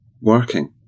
working